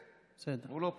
כן, הוא לא פה.